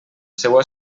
seua